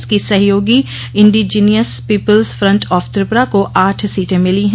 इसकी सहयोगी indigenous people's front of Tripura को आठ सीटें मिली हैं